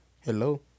hello